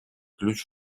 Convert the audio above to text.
ключ